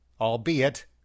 albeit